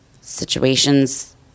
situations